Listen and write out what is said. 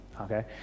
okay